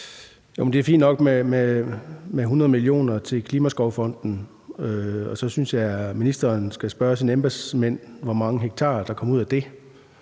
Det er fint nok med 100 mio. kr. til Klimaskovfonden. Så synes jeg, ministeren skal spørge sine embedsmænd, hvor mange hektarer der kommer ud af det.